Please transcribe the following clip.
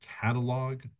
catalog